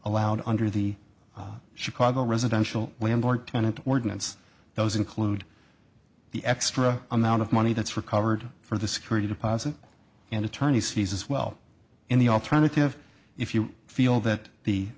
allowed under the chicago residential landlord tenant ordinance those include the extra amount of money that's recovered for the security deposit and attorney's fees as well in the alternative if you feel that the